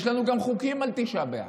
יש לנו גם חוקים על תשעה באב.